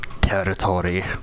Territory